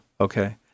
Okay